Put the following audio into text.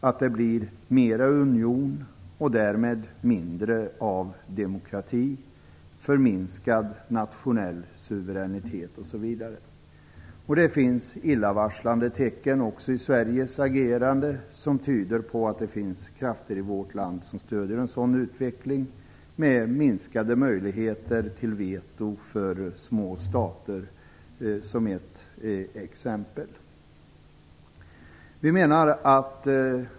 Det blir alltså mera av union och därmed mindre av demokrati, förminskad nationell suveränitet osv. Det finns illavarslande tecken också i Sveriges agerande som tyder på att krafter i vårt land stöder en sådan utveckling, med minskade möjligheter till veto för små stater som ett exempel.